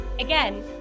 again